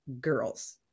girls